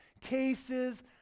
cases